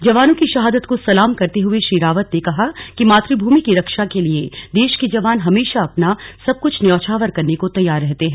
जवानों की शहादत को सलाम करते हुए श्री रावत ने कहा कि मातृभूमि की रक्षा के लिए देश के जवान हमेशा अपना सबकुछ न्यौछावर करने को तैयार रहते हैं